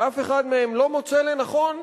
ואף אחד מהם לא מוצא לנכון,